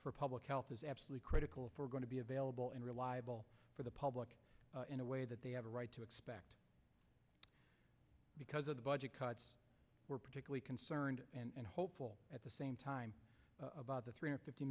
for public health is absolutely critical if we're going to be available and reliable for the public in a way that they have a right to expect because of budget cuts we're particularly concerned and hopeful at the same time about the three fifty